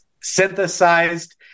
synthesized